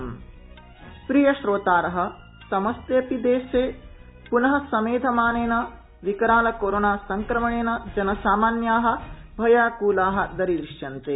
कोविड्सन्देश प्रिया श्रोतारः समस्तेऽपि देशे पुनः समेधमानेन विकराल कोरोना संक्रमणेन जनसामान्या भयाक्ला दरीदृश्यन्ते